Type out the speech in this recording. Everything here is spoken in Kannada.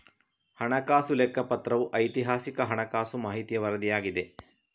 ಹಣಕಾಸು ಲೆಕ್ಕಪತ್ರವು ಐತಿಹಾಸಿಕ ಹಣಕಾಸು ಮಾಹಿತಿಯ ವರದಿಯಾಗಿದೆ